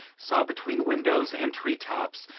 saw, between windows and tree-tops,